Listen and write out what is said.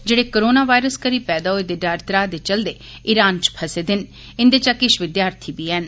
जेड़े corona virus करी पैदा होए दे डर त्राह दे चलदे ईरान चे फसे दे न इंदे चा किश विद्यार्थी बी ऐन